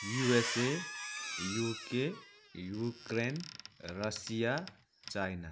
USA UK Ukraine Russia China